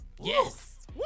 Yes